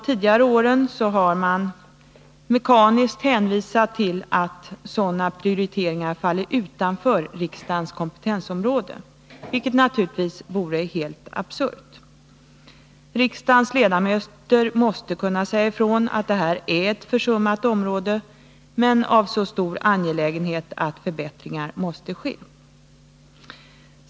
Tidigare år har utskottet mekaniskt hänvisat till att sådana prioriteringar faller utanför riksdagens kompetensområde, vilket naturligtvis vore helt absurt. Riksdagens ledamöter måste kunna säga ifrån att detta är ett försummat område men av sådan anlägenhet att förbättringar måste ske.